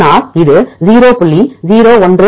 அதனால் இது 0